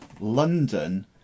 London